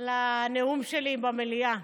לנאום שלי במליאה.